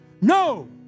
no